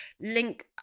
link